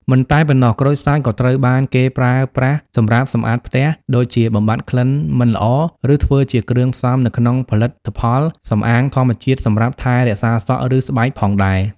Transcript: មិនតែប៉ុណ្ណោះ ក្រូចសើចក៏ត្រូវបានគេប្រើប្រាស់សម្រាប់ សម្អាតផ្ទះ ដូចជាបំបាត់ក្លិនមិនល្អ ឬធ្វើជាគ្រឿងផ្សំនៅក្នុងផលិតផលសំអាងធម្មជាតិសម្រាប់ថែរក្សាសក់ ឬស្បែកផងដែរ